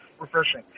refreshing